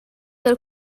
del